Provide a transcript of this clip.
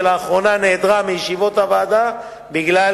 ולאחרונה נעדרה מישיבות הוועדה בגלל